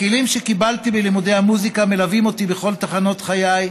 הכלים שקיבלתי בלימודי המוזיקה מלווים אותי בכל תחנות חיי,